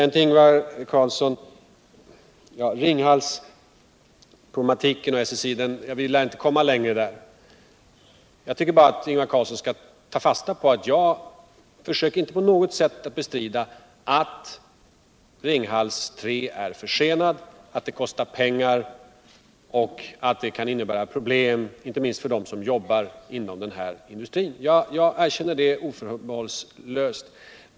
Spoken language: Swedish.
När det gäller Ringhalsproblematiken och SSI lär Ingvar Carlsson och jag inte komma längre. Jag tycker Ingvar Carlsson skall ta fasta på att jag inte försöker bestrida att Ringhals 3 är försenat, att detta kostar pengar och att det kan innebära problem, inte minst för dem som jobbar inom denna industri. Jag erkänner det förbehållslöst.